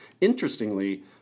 Interestingly